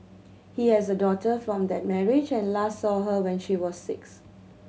he has a daughter from that marriage and last saw her when she was six